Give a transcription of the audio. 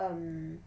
um